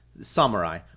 samurai –